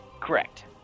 Correct